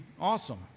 awesome